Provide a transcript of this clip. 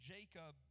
Jacob